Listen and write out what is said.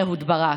אהוד ברק,